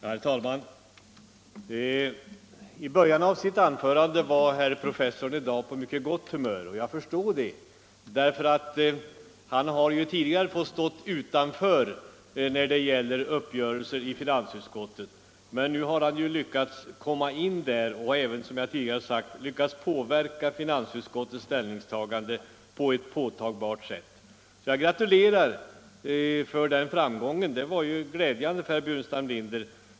Herr talman! I början av sitt anförande var herr professorn i dag på mycket gott humör, och jag förstår det därför att tidigare har han ju fått stå utanför uppgörelser i finansutskottet. Nu har han lyckats komma in där och även, som jag tidigare sagt, lyckats påverka finansutskottets ställningstagande på ett mycket påtagligt sätt. Jag gratulerar till framgången. Den var ju glädjande för herr Burenstam Linder.